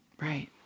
Right